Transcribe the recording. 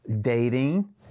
dating